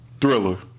thriller